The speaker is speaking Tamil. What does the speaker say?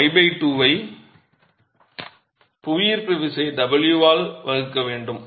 y2 ஐ புவியீர்ப்பு விசை W ஆல் வகுக்க வேண்டும்